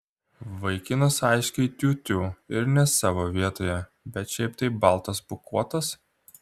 vaikinas aiškiai tiū tiū ir ne savo vietoje bet šiaip tai baltas pūkuotas